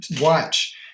watch